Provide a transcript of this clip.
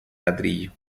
ladrillo